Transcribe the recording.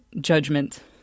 judgment